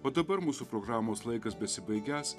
o dabar mūsų programos laikas besibaigiąs